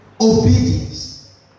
Obedience